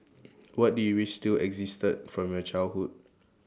what do you wish still existed from your childhood